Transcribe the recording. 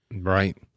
Right